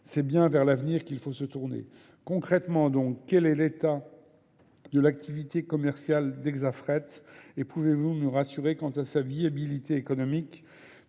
C'est bien vers l'avenir qu'il faut se tourner. Concrètement, donc, quel est l'état de l'activité commerciale d'Exafret, et pouvez-vous nous rassurer quant à sa viabilité économique,